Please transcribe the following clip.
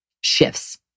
shifts